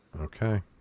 Okay